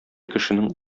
кешенең